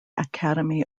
academy